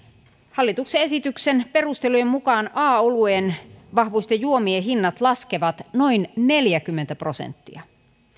hallituksen esityksen perustelujen mukaan a oluen vahvuisten juomien hinnat laskevat noin neljäkymmentä prosenttia